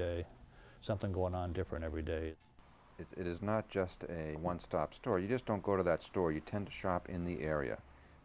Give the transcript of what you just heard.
day something going on different every day it is not just a one stop store you just don't go to that store you tend to shop in the area